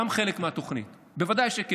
זה גם חלק מהתוכנית, ודאי שכן,